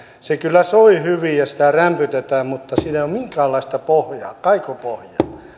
se kyllä soi hyvin ja sitä rämpytetään mutta siinä ei ole minkäänlaista pohjaa kaikupohjaa